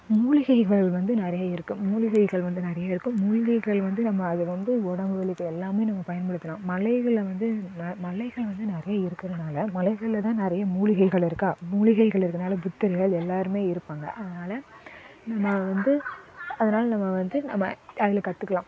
மூலிகைகள் வந்து நிறைய இருக்குது மூலிகைகள் வந்து நிறைய இருக்கும் மூலிகைகள் வந்து நம்ம அதை வந்து உடம்பு வலிக்கு எல்லாமே நம்ம பயன்படுத்தலாம் மலைகளை வந்து ம மலைகள் வந்து நிறைய இருக்குறனால் மலைகளில் தான் நிறைய மூலிகைகள் இருக்கா மூலிகைகள் இருக்குறதுனால் புத்தர்கள் எல்லோருமே இருப்பாங்க அதனால் நம்ம வந்து அதனால் நம்ம வந்து நம்ம அதில் கற்றுக்கலாம்